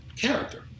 character